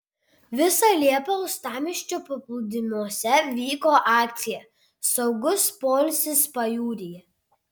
visą liepą uostamiesčio paplūdimiuose vyko akcija saugus poilsis pajūryje